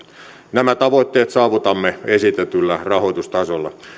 nämä tavoitteet saavutamme esitetyllä rahoitustasolla